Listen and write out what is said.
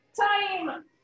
time